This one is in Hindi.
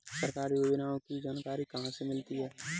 सरकारी योजनाओं की जानकारी कहाँ से मिलती है?